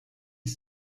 ist